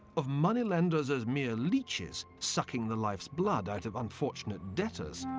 of moneylenders as mere leeches, sucking the life's blood out of unfortunate debtors.